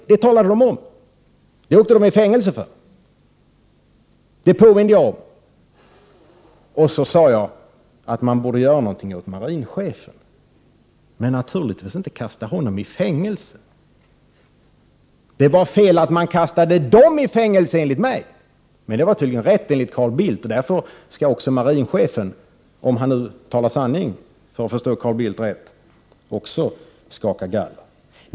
Men det talade de om och det åkte de i fängelse för. Detta påminde jag om. Sedan sade jag att man borde göra något åt marinchefen — men naturligtvis skulle man inte kasta honom i fängelse. Det var fel att kasta dessa människor i fängelse enligt min mening. Men det var tydligen rätt enligt Carl Bildts uppfattning. Därför skall också marinchefen — om han nu talar sanning och om Carl Bildt förstås rätt — skaka galler.